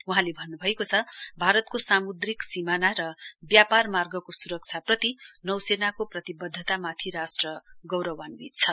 वहाँले भन्न् भएको छ भारतको सामुद्रिक सीमाना र व्यापार मार्गको सुरक्षाप्रति नौसेनाको प्रतिबद्धतामाथि राष्ट्र गौरान्वित छ